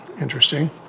interesting